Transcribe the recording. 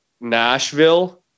Nashville